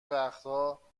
وقتابه